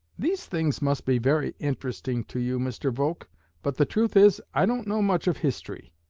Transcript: these things must be very interesting to you, mr. volk but the truth is, i don't know much of history,